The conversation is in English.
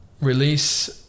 Release